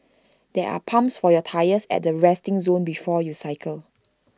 there are pumps for your tyres at the resting zone before you cycle